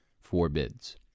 forbids